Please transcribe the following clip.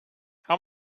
how